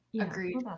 agreed